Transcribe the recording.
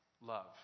love